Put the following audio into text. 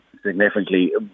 significantly